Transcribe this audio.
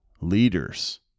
leaders